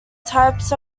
types